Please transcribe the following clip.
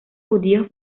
judíos